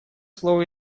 слово